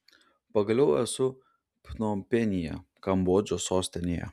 pagaliau esu pnompenyje kambodžos sostinėje